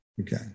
Okay